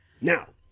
Now